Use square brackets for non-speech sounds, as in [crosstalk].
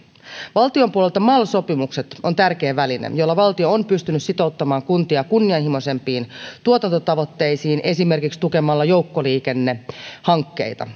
valtion puolelta mal sopimukset ovat tärkeä väline jolla valtio on pystynyt sitouttamaan kuntia kunnianhimoisempiin tuotantotavoitteisiin esimerkiksi tukemalla joukkoliikennehankkeita [unintelligible]